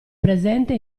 presente